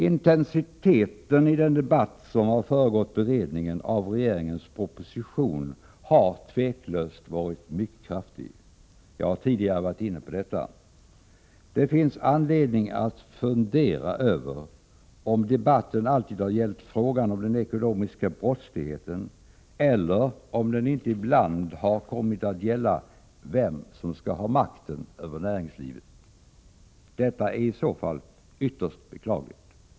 Intensiteten i den debatt som har föregått beredningen av regeringens proposition har tveklöst varit mycket kraftig. Jag har tidigare varit inne på detta. Det finns anledning att fundera över om debatten alltid har gällt frågan om den ekonomiska brottsligheten eller om den inte ibland har kommit att gälla vem som skall ha makten över näringslivet. Detta är i så fall ytterst beklagligt.